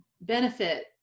benefit